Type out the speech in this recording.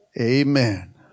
Amen